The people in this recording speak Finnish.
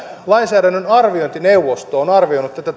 lainsäädännön arviointineuvosto on arvioinut tätä